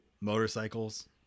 motorcycles